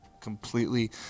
completely